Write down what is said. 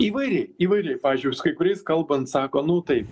įvairiai įvairiai pavyzdžiui su kai kuriais kalbant sako nu taip